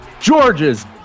George's